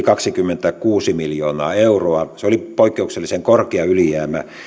kaksikymmentäkuusi miljoonaa euroa se oli poikkeuksellisen korkea ylijäämä